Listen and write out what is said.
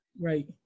Right